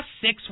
six